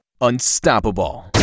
unstoppable